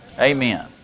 Amen